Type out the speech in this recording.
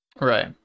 Right